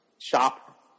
shop